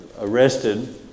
arrested